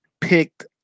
picked